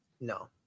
no